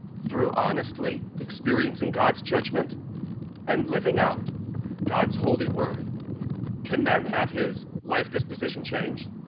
through honestly experiencing god's judgment and living out god's holy word can man have his life disposition changed,